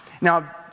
Now